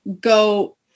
go